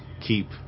keep